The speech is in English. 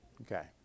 Okay